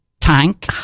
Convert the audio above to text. tank